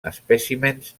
espècimens